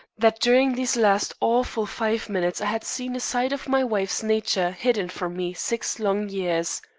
that during these last awful five minutes i had seen a side of my wife's nature hidden from me six long years.